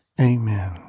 Amen